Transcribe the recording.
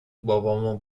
بابامو